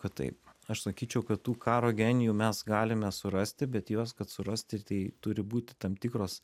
kad taip aš sakyčiau kad tų karo genijų mes galime surasti bet juos kad surasti tai turi būti tam tikros